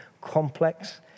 complex